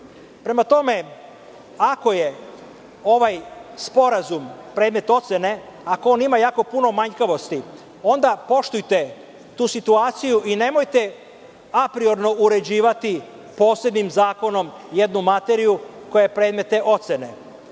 to. Prema tome, ako je ovaj sporazum predmet ocene, ako on ima jako puno manjkavosti onda poštujte tu situaciju i nemojte apriorno uređivati posebnim zakonom jednu materiju koja je predmet